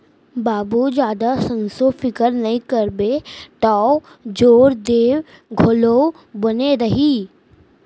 बाबू जादा संसो फिकर नइ करबे तौ जोर देंव घलौ बने रही